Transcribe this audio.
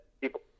people